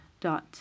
dot